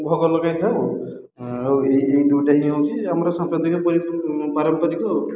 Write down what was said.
ଭୋଗ ଲଗାଇଥାଉ ଆଉ ଏହି ଦି ଦୁଇଟା ହେଉଛି ଆମର ସାମ୍ପ୍ରଦାୟିକ ପାରମ୍ପରିକ ଆଉ